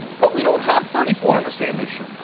but we don't have thirty four on the same issue.